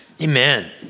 Amen